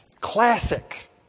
Classic